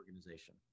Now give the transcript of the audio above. organization